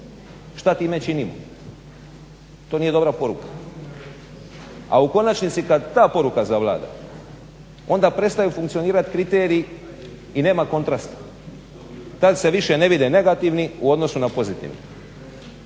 Što time činimo? To nije dobra poruka. A u konačnici kad ta poruka zavlada onda prestaju funkcionirati kriteriji i nema kontrasta. Tad se više ne vide negativni u odnosu na pozitivne.